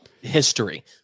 history